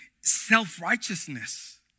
self-righteousness